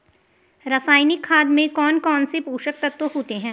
रासायनिक खाद में कौन कौन से पोषक तत्व होते हैं?